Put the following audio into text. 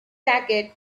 jacket